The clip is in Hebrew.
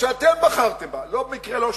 שאתם בחרתם בה, במקרה לא שניכם,